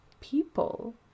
people